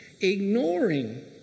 ignoring